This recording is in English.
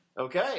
Okay